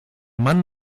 mann